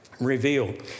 revealed